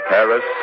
Paris